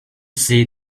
see